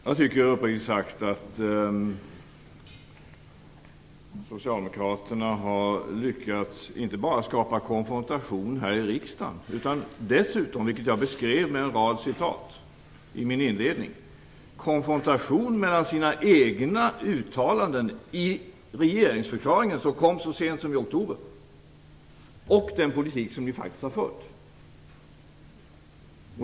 Jag tycker uppriktigt sagt att socialdemokraterna inte bara har lyckats skapa konfrontation här i riksdagen utan dessutom, vilket jag beskrev med en rad citat i min inledning, konfrontation mellan sina egna uttalanden i regeringsförklaringen, som gjordes så sent som i oktober, och den politik som de faktiskt har fört.